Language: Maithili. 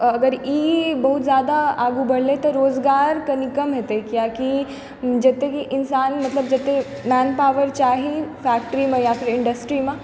अगर ई बहुत ज्यादा आगू बढलै तऽ रोजगार कनी कम हेतै कियाकि जते भी इंसान मतलब जते मैनपॉवर चाही फैक्ट्रीमे या फेर इंडस्ट्रीमे